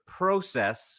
process